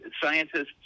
scientists